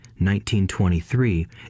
1923